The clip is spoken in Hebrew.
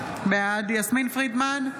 בעד יסמין פרידמן,